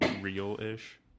real-ish